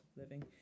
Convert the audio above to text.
living